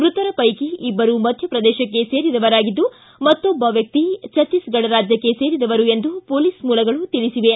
ಮೃತರ ಪೈಕಿ ಇಬ್ಬರು ಮಧ್ಯಪ್ರದೇಶಕ್ಕೆ ಸೇರಿದವರಾಗಿದ್ದು ಮತ್ತೊಬ್ಬ ವ್ಯಕ್ತಿ ಛತ್ತೀಸ್ಘಡ್ ರಾಜ್ಯಕ್ಕೆ ಸೇರಿದವರು ಎಂದು ಪೊಲೀಸ್ ಮೂಲಗಳು ತಿಳಿಸಿವೆ